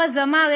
הוא אז אמר,